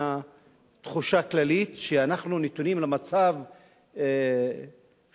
התחושה הכללית שאנחנו נתונים במצב חירום,